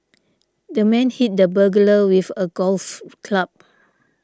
the man hit the burglar with a golf club